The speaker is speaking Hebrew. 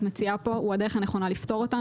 מציעה פה הוא הדרך הנכונה לפתור אותה.